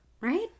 right